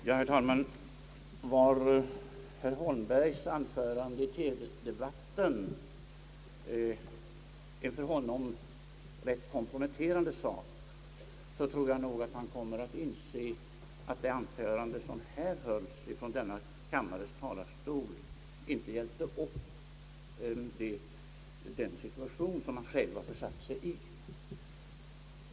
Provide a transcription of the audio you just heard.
Herr talman! Var herr Holmbergs anförande i TV-debatten en för honom rätt komprometterande sak, så tror jag att han kommer att inse att anförandet nyss från denna kammares talarstol inte hjälpte upp den situation, som han själv har försatt sig i.